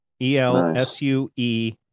E-L-S-U-E